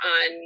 on